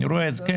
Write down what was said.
אני רואה את זה.